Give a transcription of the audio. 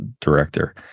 director